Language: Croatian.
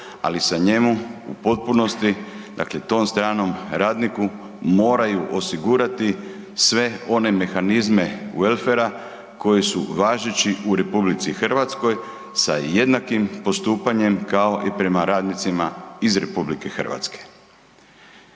ali se njemu u potpunosti, dakle tom stranom radniku, moraju osigurati sve one mehanizme …/Govornik se ne razumije/…koji su važeći u RH sa jednakim postupanjem kao i prema radnicima iz RH. Ako se